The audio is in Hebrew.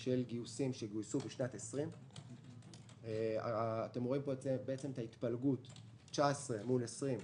של גיוסים בשנת 20. אתם רואים פה את ההתפלגות של 2019 לעומת 2020,